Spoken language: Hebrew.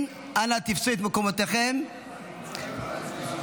חברי הכנסת,